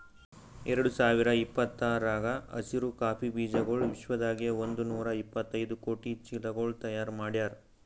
ಎರಡು ಸಾವಿರ ಇಪ್ಪತ್ತರಾಗ ಹಸಿರು ಕಾಫಿ ಬೀಜಗೊಳ್ ವಿಶ್ವದಾಗೆ ಒಂದ್ ನೂರಾ ಎಪ್ಪತ್ತೈದು ಕೋಟಿ ಚೀಲಗೊಳ್ ತೈಯಾರ್ ಮಾಡ್ಯಾರ್